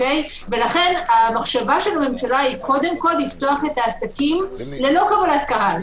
ולכן המחשבה של הממשלה היא קודם כל לפתוח את העסקים ללא קבלת קהל,